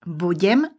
budem